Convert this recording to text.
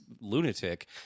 lunatic